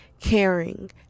caring